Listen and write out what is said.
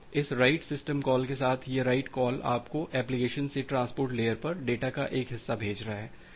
तो इस write system call के साथ यह राइट कॉल आपको एप्लिकेशन से ट्रांसपोर्ट लेयर पर डेटा का एक हिस्सा भेज रहा है